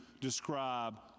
describe